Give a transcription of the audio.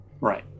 right